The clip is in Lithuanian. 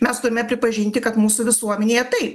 mes turime pripažinti kad mūsų visuomenėje tai